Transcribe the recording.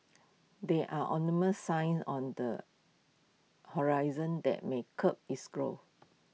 there are ominous signs on the horizon that may curb its growth